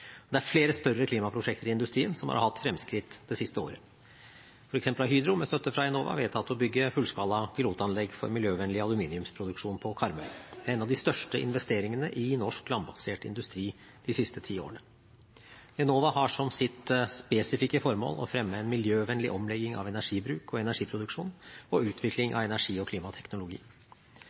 Det er flere større klimaprosjekter i industrien som har hatt fremskritt det siste året. For eksempel har Hydro, med støtte fra Enova, vedtatt å bygge fullskala pilotanlegg for miljøvennlig aluminiumsproduksjon på Karmøy. Det er en av de største investeringene i norsk landbasert industri de siste ti årene. Enova har som sitt spesifikke formål å fremme en miljøvennlig omlegging av energibruk og energiproduksjon og utvikling av energi- og klimateknologi.